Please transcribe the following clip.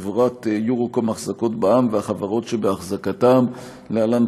חברת יורוקום אחזקות בע"מ והחברות שבאחזקתם (להלן,